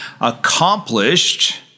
accomplished